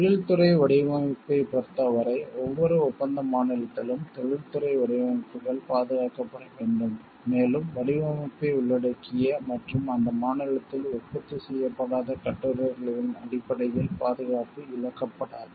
தொழில்துறை வடிவமைப்பைப் பொறுத்தவரை ஒவ்வொரு ஒப்பந்த மாநிலத்திலும் தொழில்துறை வடிவமைப்புகள் பாதுகாக்கப்பட வேண்டும் மேலும் வடிவமைப்பை உள்ளடக்கிய மற்றும் அந்த மாநிலத்தில் உற்பத்தி செய்யப்படாத கட்டுரைகளின் அடிப்படையில் பாதுகாப்பு இழக்கப்படாது